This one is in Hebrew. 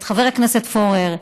את חבר הכנסת פורר,